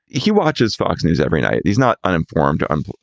he watches fox news every night. he's not uninformed. and